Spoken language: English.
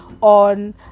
on